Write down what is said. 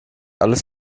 alles